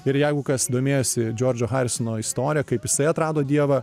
ir jeigu kas domėjosi džordžo harisono istorija kaip jisai atrado dievą